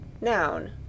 Noun